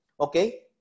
Okay